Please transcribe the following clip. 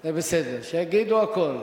זה בסדר, שיגידו הכול.